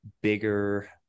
bigger